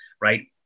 right